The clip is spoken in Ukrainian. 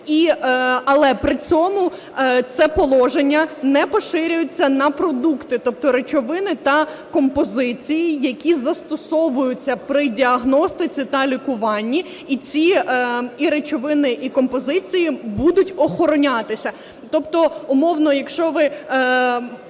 Але при цьому це положення не поширюється на продукти, тобто речовини та композиції, які застосовуються при діагностиці та лікуванні, і ці речовини і композиції, будуть охоронятися. Тобто якщо ви…